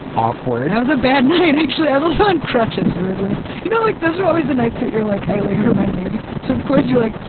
awkward! that was a bad night, actually. i was also in crutches, weirdly. you know, like those are always the nights that you're like i like hurt my knee, so of course you're like,